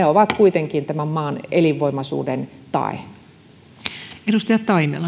ovat kuitenkin tämän maan elinvoimaisuuden tae arvoisa